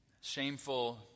shameful